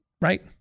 right